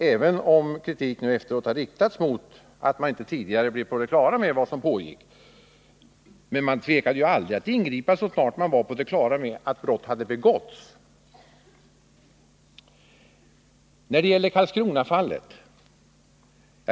Även om kritik nu har riktats mot att man inte tidigare blev på det klara med vad som pågick, tvekade man aldrig att ingripa så snart man blev på det klara med att brott hade begåtts. Så några ord om Karlskronafallet.